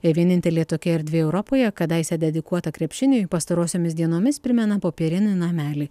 tai vienintelė tokia erdvė europoje kadaise dedikuota krepšiniui pastarosiomis dienomis primena popierinį namelį